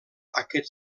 aquest